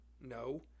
no